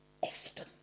often